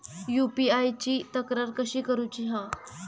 UPI ची तक्रार कशी करुची हा?